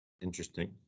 Interesting